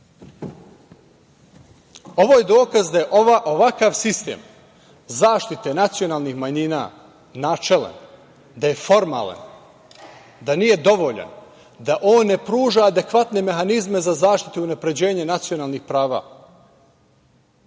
je dokaz da je ovakav sistem zaštite nacionalnih manjina načelan, da je formalan, da nije dovoljan, da on ne pruža adekvatne mehanizme za zaštitu i unapređenje nacionalnih prava.